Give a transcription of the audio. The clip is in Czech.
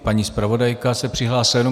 Paní zpravodajka se přihlásila.